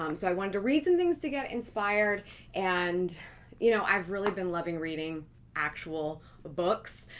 um so i wanted to read some things to get inspired and you know, i've really been loving reading actual ah books,